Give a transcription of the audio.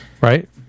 Right